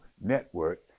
Network